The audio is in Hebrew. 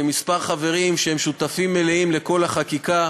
כמה חברים שהם שותפים מלאים לכל החקיקה: